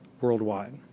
worldwide